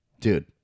dude